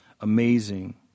Amazing